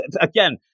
again